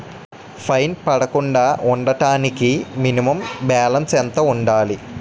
Fine పడకుండా ఉండటానికి minimum balance ఎంత ఉండాలి?